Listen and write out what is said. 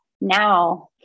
now